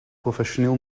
professioneel